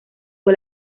fue